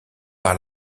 par